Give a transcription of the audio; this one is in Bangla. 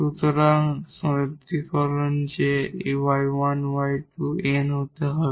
সুতরাং এখানে সাধারণীকরণ যে এই 𝑦1 𝑦2 n হতে হবে